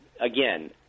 again –